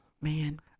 Man